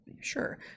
sure